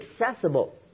accessible